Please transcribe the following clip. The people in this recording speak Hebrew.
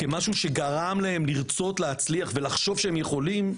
- כמשהו שגרם להם לרצות להצליח ולחשוב שהם יכולים,